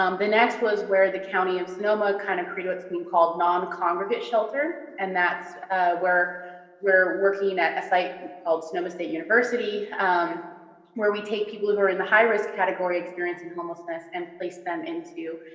um the next was where the county of sonoma kind of created what's being called non-congregate shelter. and that's where we're working at a site and called sonoma state university um where we take people who are in the high risk category experiencing homelessness and place them into